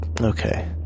Okay